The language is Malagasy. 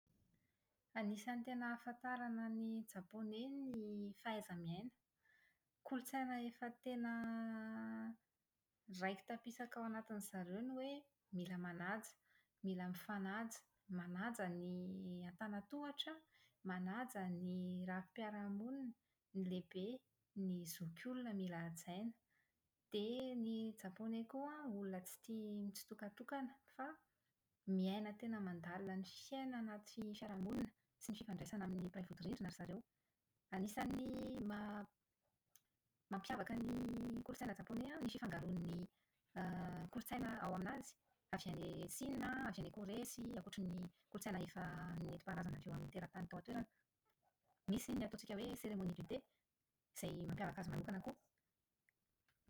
Anisan'ny tena ahafantarana ny Jpanoey ny fahaiza-miaina. Kolotsaina efa tena raiki-tapisaka ao anatin'izareo ny hoe mila manaja, mila mifanaja, manaja ny an-tanan-tohatra, manaja ny rafi-piaraha-monina, ny lehibe, ny zokiolona mila hajaina. Dia ny Japoney koa olona tsy tia mitsitokatokana fa miaina tena mandalina ny fiainana anatin'ny fiaraha-monina sy ny fifandraisana amin'ny mpiray vodirindrina ry zareo. Anisan'ny maha- mampiavaka ny kolotsaina Japoney ny fifangaroan'ny > kolotsaina ao aminazy, avy any Sina, avy any Korea sy ankoatran'ny kolotsaina efa nentim-paharazana avy ao amin'ny toeratany tao an-toerana. Misy ny ataontsika hoe "cérémonie du thé" izay mampiavaka azy manokana koa.